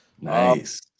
Nice